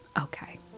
okay